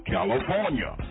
California